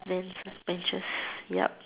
then flat benches yup